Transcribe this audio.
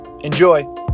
Enjoy